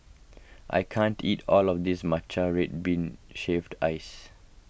I can't eat all of this Matcha Red Bean Shaved Ice